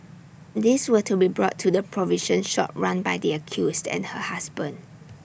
these were to be brought to the provision shop run by the accused and her husband